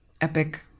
epic